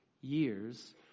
years